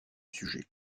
sujet